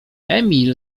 emil